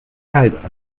kalt